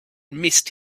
missed